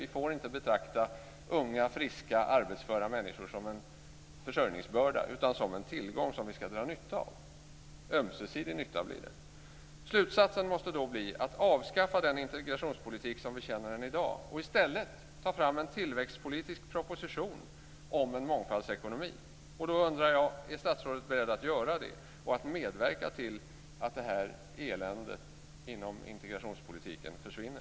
Vi får inte betrakta unga, friska och arbetsföra människor som en försörjningsbörda utan som en en tillgång som vi ska dra nytta av. Det blir dessutom fråga om en ömsesidig nytta. Slutsatsen måste bli att avskaffa integrationspolitiken som vi känner den i dag och i stället ta fram en tillväxtpolitisk proposition om en mångfaldsekonomi. Jag undrar om statsrådet är beredd att göra det och medverka till att eländet inom integrationspolitiken försvinner.